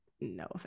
No